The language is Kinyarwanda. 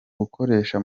gukoresha